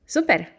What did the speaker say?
Super